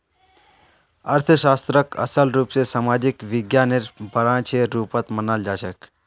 अर्थशास्त्रक असल रूप स सामाजिक विज्ञानेर ब्रांचेर रुपत मनाल जाछेक